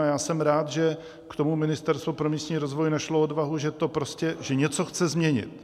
A já jsem rád, že k tomu Ministerstvo pro místní rozvoj našlo odvahu, že něco chce změnit.